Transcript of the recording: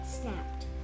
snapped